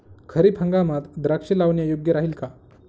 खरीप हंगामात द्राक्षे लावणे योग्य राहिल का?